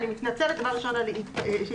אני מתנצלת שהתפרצתי.